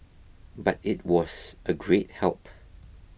but it was a great help